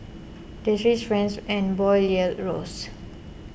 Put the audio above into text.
the Swiss Franc and bond yields rose